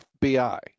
FBI